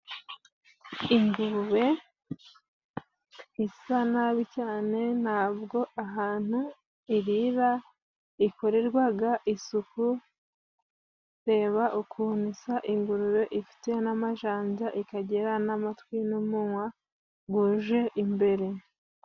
Ingurube isa nabi cyane ntabwo ahantu irira ikorerwaga isuku. Reba ukuntu isa ingurube, ifite n'amajanja, ikagira n'amatwi n'umunwa guje imbere.